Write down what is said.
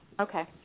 Okay